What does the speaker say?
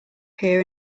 here